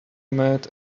mad